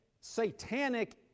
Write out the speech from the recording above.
satanic